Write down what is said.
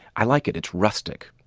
i like it. it's rustic.